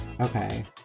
okay